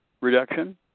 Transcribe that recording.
reduction